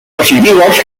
positivos